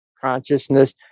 consciousness